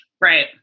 Right